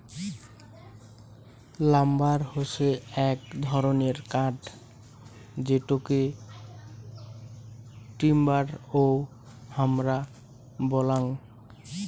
lumber হসে এক ধরণের কাঠ যেটোকে টিম্বার ও হামরা বলাঙ্গ